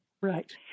right